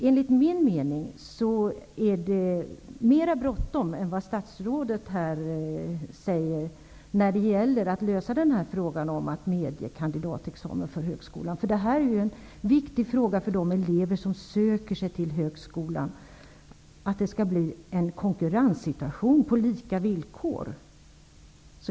Enligt min mening är det mera bråttom än vad statsrådet här anser när det gäller frågan om att medge kandidatexamen för högskolan. Det är en viktig fråga för de elever som söker sig till högskolan. Det är viktigt för att det skall bli en konkurrenssituation på lika villkor.